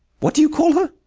what do you call her?